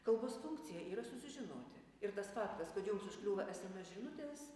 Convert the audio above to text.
kalbos funkcija yra susižinoti ir tas faktas kad jums užkliūva sms žinutės